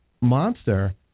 Monster